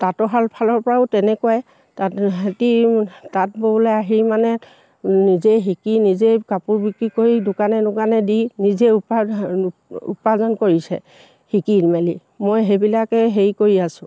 তাঁতৰ শাল ফালৰ পৰাও তেনেকুৱাই তাত সিহঁতে তাঁত ববলৈ আহি মানে নিজেই শিকি নিজেই কাপোৰ বিক্ৰী কৰি দোকানে দোকানে দি নিজে উপাধন উপাৰ্জন কৰিছে শিকি মেলি মই সেইবিলাকে হেৰি কৰি আছোঁ